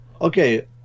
Okay